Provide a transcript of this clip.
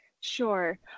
Sure